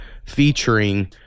Featuring